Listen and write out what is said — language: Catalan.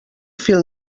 fil